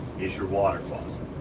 is your water closet.